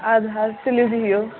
اَدٕ حظ تُلِو بِہِو